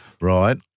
Right